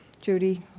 Judy